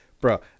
bro